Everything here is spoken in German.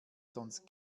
sonst